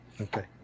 Okay